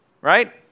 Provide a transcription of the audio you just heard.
right